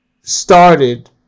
started